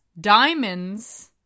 diamonds